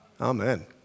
Amen